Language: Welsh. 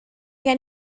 gen